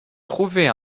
trouver